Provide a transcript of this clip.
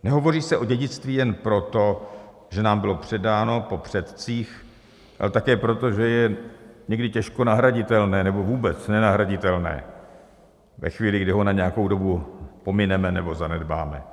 Nehovoří se o dědictví jen proto, že nám bylo předáno po předcích, ale také proto, že je někdy těžko nahraditelné nebo vůbec nenahraditelné ve chvíli, kdy ho na nějakou dobu pomineme nebo zanedbáme.